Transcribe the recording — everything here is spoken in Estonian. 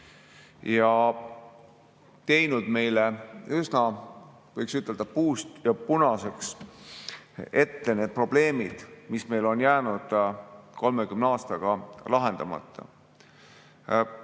ja teinud meile üsna, võiks ütelda, puust ja punaseks ette need probleemid, mis meil on jäänud 30 aastaga lahendamata.